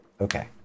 Okay